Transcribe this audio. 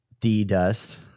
D-Dust